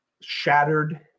shattered